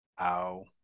Ow